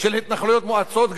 של התנחלויות מואצות,